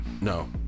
No